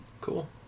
Cool